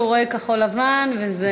שהוא רואה כחול-לבן וזה,